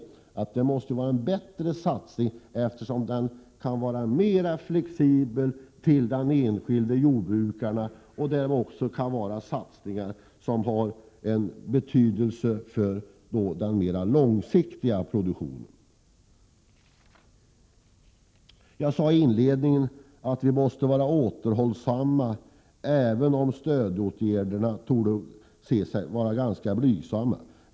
Detta måste vara en bättre satsning, eftersom den kan vara mera flexibel till de enskilda jordbrukarna och kan innehålla satsningar som har betydelse för den mera långsiktiga produktionen. Jag sade i inledningen att vi måste var återhållsamma även med stödåtgärder som torde te sig ganska blygsamma.